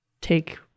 take